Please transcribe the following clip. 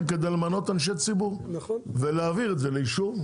כדי למנות אנשי ציבור ולהעביר את זה לאישור.